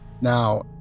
Now